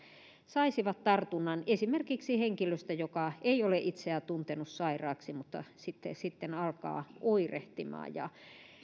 saisivat tartunnan esimerkiksi henkilöstä joka ei ole itseään tuntenut sairaaksi mutta sitten sitten alkaa oirehtimaan